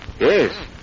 Yes